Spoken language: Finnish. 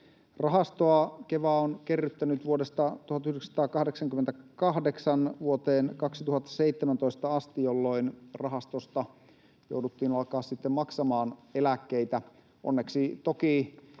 Rahastoa Keva on kerryttänyt vuodesta 1988 vuoteen 2017 asti, jolloin sitten rahastosta jouduttiin alkaa maksamaan eläkkeitä. Onneksi toki